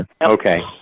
Okay